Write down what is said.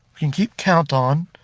can keep count on,